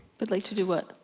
but like, to do what?